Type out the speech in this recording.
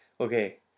okay